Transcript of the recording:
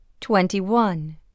twenty-one